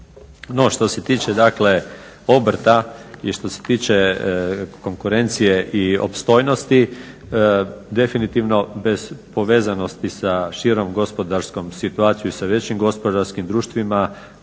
što se tiče dakle obrta i što se tiče konkurencije i opstojnosti, definitivno bez povezanosti sa širom gospodarskom situacijom i sa većim gospodarskim društvima